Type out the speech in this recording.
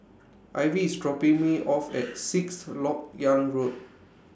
Ivy IS dropping Me off At Sixth Lok Yang Road